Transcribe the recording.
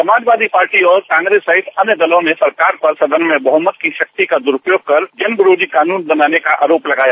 Samajwadi party और कांग्रेस सहित अन्य दलों ने सरकार पर सदन में बहमत की शक्ति का द्ररुपयोग कर जनविरोधी कानून बनाने का आरोप लगाया